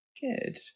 good